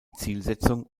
zielsetzung